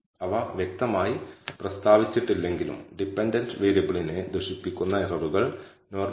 Sxx എന്നത് x ന്റെ വേരിയൻസിനെ പ്രതിനിധീകരിക്കുന്നു അതേസമയം σ2 എന്നത് ഡിപെൻഡന്റ് വേരിയബിളായ y യെ കേടുവരുത്തുന്ന പിശകിന്റെ വ്യതിയാനത്തെ പ്രതിനിധീകരിക്കുന്നു